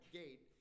gate